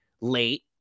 late